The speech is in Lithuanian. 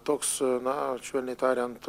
toks na švelniai tariant